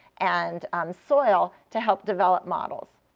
and um soil to help develop models.